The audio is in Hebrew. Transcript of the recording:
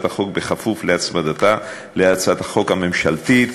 החוק כפוף להצמדתה להצעת החוק הממשלתית.